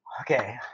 Okay